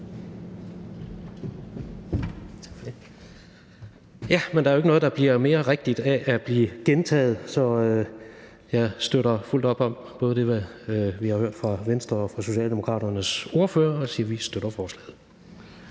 (RV): Der er jo ikke noget, der bliver mere rigtigt af at blive gentaget, så jeg støtter fuldt op om det, vi har hørt fra både Venstres og Socialdemokraternes ordfører, og jeg kan sige, at vi støtter forslaget.